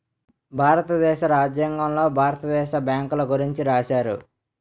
భారతదేశ రాజ్యాంగంలో భారత దేశ బ్యాంకుల గురించి రాశారు